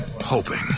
hoping